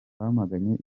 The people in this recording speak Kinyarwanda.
twamaganye